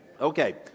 Okay